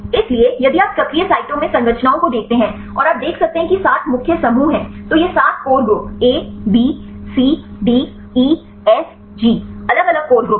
इसलिए यदि आप सक्रिय साइटों में संरचनाओं को देखते हैं और आप देख सकते हैं कि 7 मुख्य समूह हैं तो ये 7 core group A B CD E F G अलग अलग कोर ग्रुप हैं